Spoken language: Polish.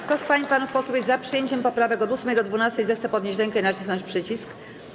Kto z pań i panów posłów jest za przyjęciem poprawek od 8. do 12., zechce podnieść rękę i nacisnąć przycisk.